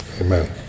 Amen